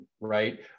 Right